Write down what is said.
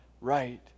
right